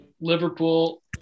Liverpool